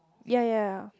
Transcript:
ya ya ya